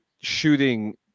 shooting